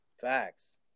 Facts